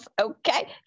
okay